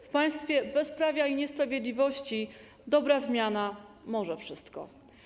W państwie bezprawia i niesprawiedliwości dobra zmiana może wszystko.